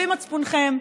לפי מצפונכם,